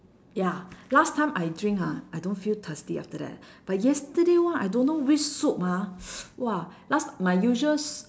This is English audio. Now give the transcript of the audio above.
ya last time I drink ha I don't feel thirsty after that but yesterday [one] I don't know which soup ah !wah! last my usual s~